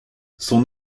son